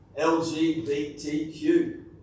LGBTQ